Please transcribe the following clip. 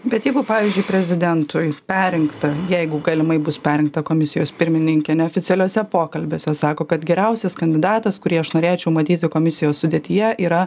bet jeigu pavyzdžiui prezidentui perrinkta jeigu galimai bus perrinkta komisijos pirmininkė neoficialiuose pokalbiuose sako kad geriausias kandidatas kurį aš norėčiau matyti komisijos sudėtyje yra